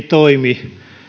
toimi